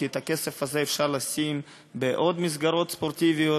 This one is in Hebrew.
כי את הכסף הזה אפשר לשים בעוד מסגרות ספורטיביות.